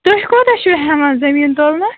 تُہۍ کوتاہ چھِو ہٮ۪وان زمیٖن تُلنَس